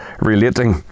relating